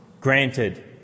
granted